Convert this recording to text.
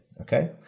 Okay